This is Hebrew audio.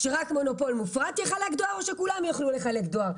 שרק מונופול מופרט יחלק דואר או שכולם יוכלו לחלק דואר?